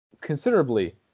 considerably